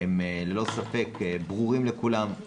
הם ללא ספק ברורים לכולם.